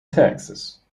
texas